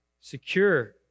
Secure